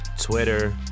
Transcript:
Twitter